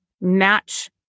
match